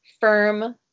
firm